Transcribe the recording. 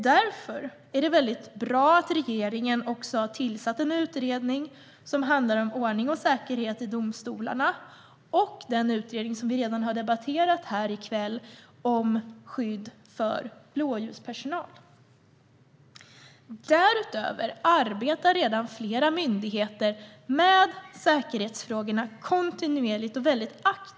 Därför är det bra att regeringen har tillsatt en utredning om ordning och säkerhet i domstolarna och den utredning som vi redan har debatterat här i kväll, om skydd för blåljuspersonal. Därutöver arbetar redan flera myndigheter kontinuerligt och aktivt med säkerhetsfrågorna.